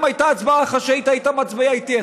אם הייתה הצבעה חשאית היית מצביע איתי.